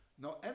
Now